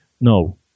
No